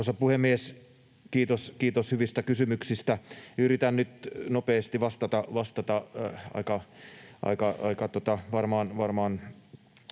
puhemies! Kiitos hyvistä kysymyksistä. Yritän nyt nopeasti vastata — varmaan